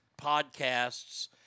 podcasts